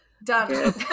Done